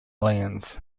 aliens